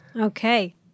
Okay